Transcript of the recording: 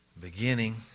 beginning